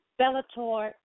Bellator